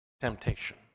temptation